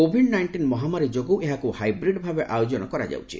Covid nineteen ମହାମାରୀ ଯୋଗୁଁ ଏହାକୁ ହାଇବ୍ରିଡ୍ ଭାବେ ଆୟୋଜନ କରାଯାଉଛି